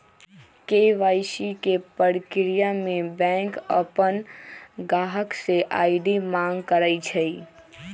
KYC के परक्रिया में बैंक अपन गाहक से आई.डी मांग करई छई